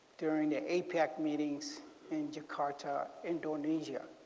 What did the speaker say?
during a meeting in jakarta, indonesia.